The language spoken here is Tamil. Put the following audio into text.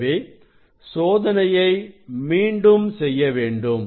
எனவே சோதனையை மீண்டும் செய்ய வேண்டும்